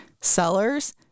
Sellers